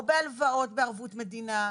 או בהלוואות בערבות מדינה,